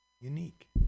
unique